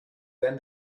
then